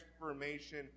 transformation